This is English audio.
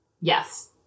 Yes